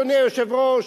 אדוני היושב-ראש,